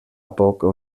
poc